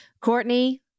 Courtney